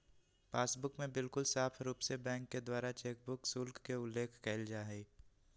passbook में बिल्कुल साफ़ रूप से बैंक के द्वारा चेकबुक शुल्क के उल्लेख कइल जाहई